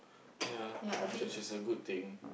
ya which is a good thing